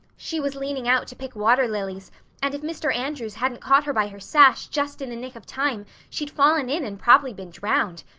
she was leaning out to pick water lilies and if mr. andrews hadn't caught her by her sash just in the nick of time she'd fallen in and prob'ly been drowned.